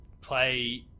play